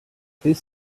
please